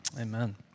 Amen